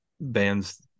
bands